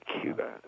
Cuba